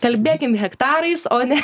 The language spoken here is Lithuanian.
kalbėkime hektarais o ne